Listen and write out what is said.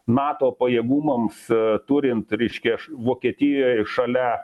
nato pajėgumams turint reiškia vokietijoj šalia